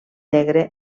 negre